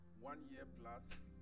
one-year-plus